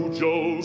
joe